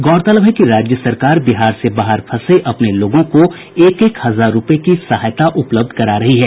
गौरतलब है कि राज्य सरकार बिहार से बाहर फंसे अपने लोगों को एक एक हजार रूपये की सहायता उपलब्ध करा रही है